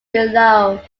below